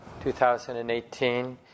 2018